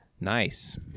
Nice